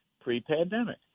pre-pandemic